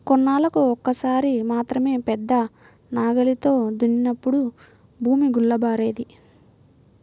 కొన్నేళ్ళకు ఒక్కసారి మాత్రమే పెద్ద నాగలితో దున్నినప్పుడు భూమి గుల్లబారేది